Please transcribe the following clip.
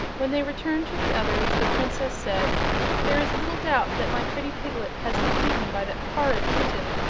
when they returned to the others the princess said there is little doubt that my pretty piglet has been eaten by that horrid kitten,